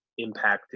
impacting